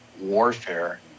warfare